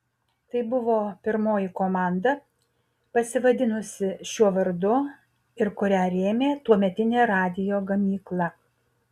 tai buvo pirmoji komanda pasivadinusi šiuo vardu ir kurią rėmė tuometinė radijo gamykla